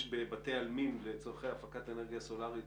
בבתי עלמין לצורך הפקת אנרגיה סולארית.